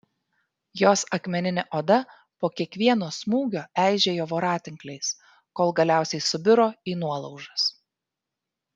jos akmeninė oda po kiekvieno smūgio eižėjo voratinkliais kol galiausiai subiro į nuolaužas